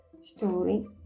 story